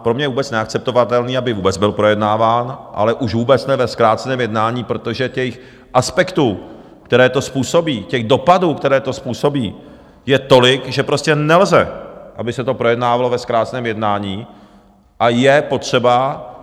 Pro mě je vůbec neakceptovatelné, aby vůbec byl projednáván, ale už vůbec ne ve zkráceném jednání, protože těch aspektů, které to způsobí, těch dopadů, které to způsobí, je tolik, že prostě nelze, aby se to projednávalo ve zkráceném jednání, a je potřeba...